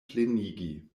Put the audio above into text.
plenigi